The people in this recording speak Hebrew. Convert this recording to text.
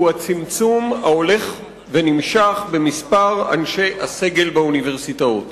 הצמצום ההולך ונמשך במספר אנשי הסגל באוניברסיטאות.